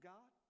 God